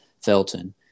Felton